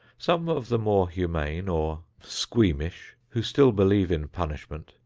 some of the more humane, or squeamish, who still believe in punishment,